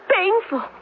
painful